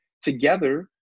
together